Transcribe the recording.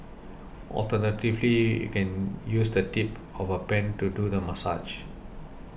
alternatively you can use the tip of a pen to do the massage